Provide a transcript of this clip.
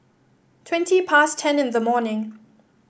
twenty past ten in the morning